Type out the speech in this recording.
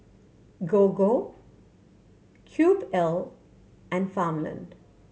Gogo Cube L and Farmland